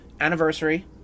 Anniversary